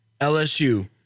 LSU